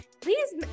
Please